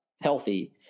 healthy